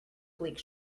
bleak